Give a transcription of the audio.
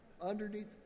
Underneath